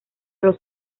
los